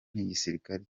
n’igisirikare